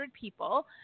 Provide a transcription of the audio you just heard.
people